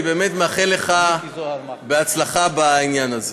אני באמת מאחל לך הצלחה בעניין הזה.